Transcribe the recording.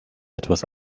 etwas